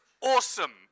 awesome